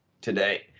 today